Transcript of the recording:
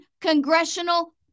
Congressional